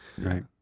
Right